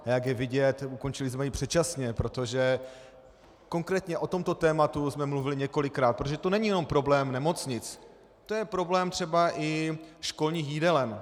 Jak je vidět, ukončili jsme ji předčasně, protože konkrétně o tomto tématu jsme mluvili několikrát, protože to není jenom problém nemocnic, to je problém i školních jídelen.